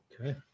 okay